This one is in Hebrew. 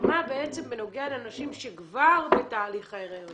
מה בעצם בנוגע לנשים שבתהליך ההריון